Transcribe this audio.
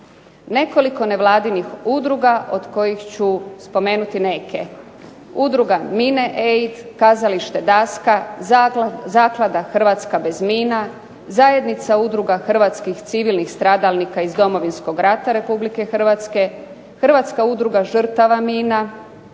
nekoliko nevladinih udruga od kojih ću spomenuti neke, udruga Mine-Aid, kazalište "Daska", Zaklada "Hrvatska bez mina", Zajednica udruga hrvatskih civilnih stradalnika iz Domovinskog rata Republike Hrvatske, Hrvatska udruga žrtava mina,